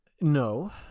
No